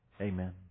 Amen